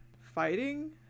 fighting